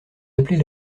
appeler